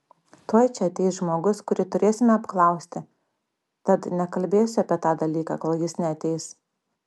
tuoj čia ateis žmogus kurį turėsime apklausti tad nekalbėsiu apie tą dalyką kol jis neateis